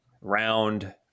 round